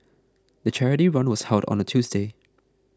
the charity run was held on a Tuesday